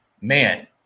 man